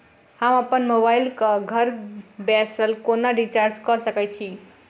हम अप्पन मोबाइल कऽ घर बैसल कोना रिचार्ज कऽ सकय छी?